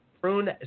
Prune